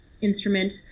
instrument